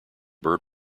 bird